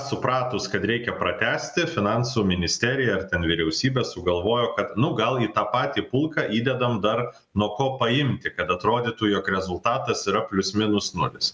supratus kad reikia pratęsti finansų ministerija ar ten vyriausybė sugalvojo kad nu gal į tą patį pulką įdedam dar nuo ko paimti kad atrodytų jog rezultatas yra plius minus nulis